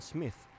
Smith